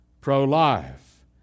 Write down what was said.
pro-life